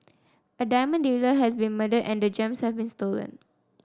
a diamond dealer has been murdered and the gems have been stolen